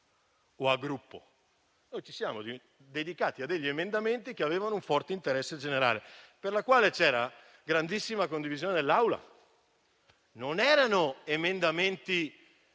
o a gruppo; ci siamo dedicati a emendamenti che avevano un forte interesse generale, per i quali c'era grandissima condivisione dell'Assemblea. Non erano emendamenti